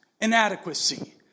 inadequacy